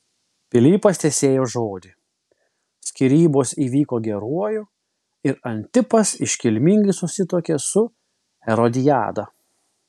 pilypas tesėjo žodį skyrybos įvyko geruoju ir antipas iškilmingai susituokė su erodiada